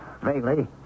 vaguely